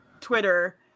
twitter